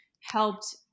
helped